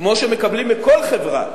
כמו שמקבלים מכל חברה,